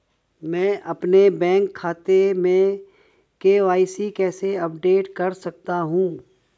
मैं अपने बैंक खाते में के.वाई.सी कैसे अपडेट कर सकता हूँ?